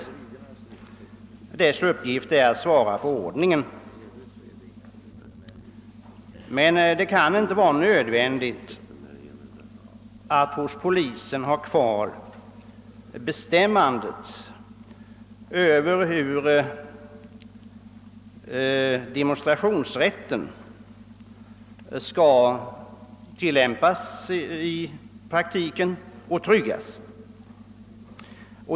Polisens uppgift är att svara för ordningen, men det kan inte vara nöd vändigt att polisen har kvar bestämmanderätten över demonstrationsfriheten och hur den i praktiken skall utnyttjas och tryggas.